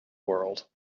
world